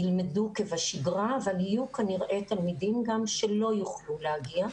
ילמדו כבשגרה אבל כנראה יהיו תלמידים שלא יוכלו להגיע.